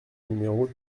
numéro